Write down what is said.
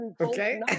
okay